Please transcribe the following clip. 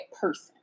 person